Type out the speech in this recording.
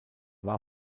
war